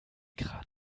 kran